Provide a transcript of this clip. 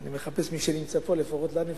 אני מחפש מי נמצא כאן, לפחות לה נפרגן.